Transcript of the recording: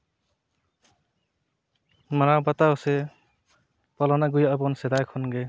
ᱢᱟᱱᱟᱣ ᱵᱟᱛᱟᱣ ᱥᱮ ᱯᱟᱞᱚᱱ ᱟᱜᱩᱭᱮᱫᱼᱟ ᱵᱚᱱ ᱥᱮᱫᱟᱭ ᱠᱷᱚᱱ ᱜᱮ